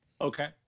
Okay